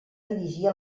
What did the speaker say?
dirigir